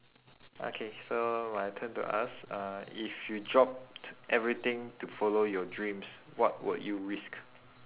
okay so my turn to ask uh if you dropped everything to follow your dreams what would you risk